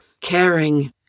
caring